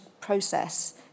process